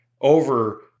over